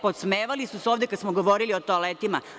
Podsmevali su se ovde kada smo govorili o toaletima.